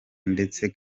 ndetse